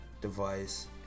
device